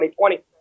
2020